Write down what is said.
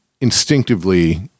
instinctively